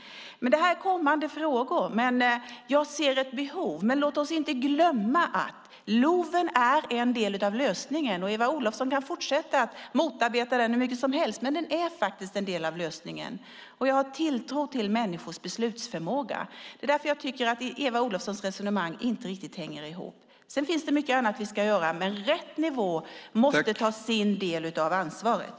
Det är kommande frågor. Jag ser ett behov. Men låt oss inte glömma att LOV är en del av lösningen. Eva Olofsson kan fortsätta att motarbeta den hur mycket som helst, men LOV är faktiskt en del av lösningen. Jag har också tilltro till människors beslutsförmåga. Därför tycker jag att Eva Olofssons resonemang inte riktigt hänger ihop. Det finns mycket annat som vi ska göra, men rätt nivå måste ta sin del av ansvaret.